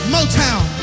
Motown